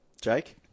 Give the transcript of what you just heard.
Jake